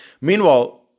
meanwhile